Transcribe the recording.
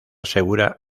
segura